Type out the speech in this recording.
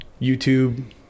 YouTube